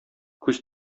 күз